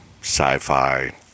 sci-fi